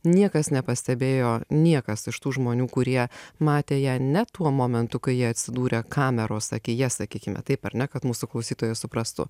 niekas nepastebėjo niekas iš tų žmonių kurie matė ją ne tuo momentu kai ji atsidūrė kameros akyje sakykime taip ar ne kad mūsų klausytojas suprastų